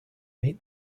meet